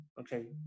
Okay